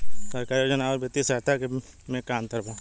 सरकारी योजना आउर वित्तीय सहायता के में का अंतर बा?